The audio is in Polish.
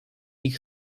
ich